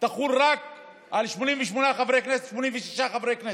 תחול רק על 88 חברי כנסת או 86 חברי כנסת,